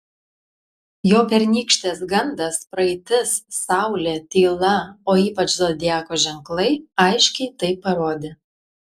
jo pernykštės gandas praeitis saulė tyla o ypač zodiako ženklai aiškiai tai parodė